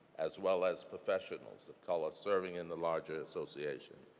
as well as professionals of color serving in the larger association.